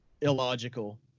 illogical